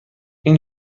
این